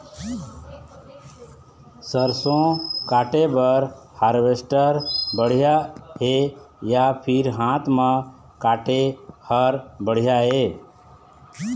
सरसों काटे बर हारवेस्टर बढ़िया हे या फिर हाथ म काटे हर बढ़िया ये?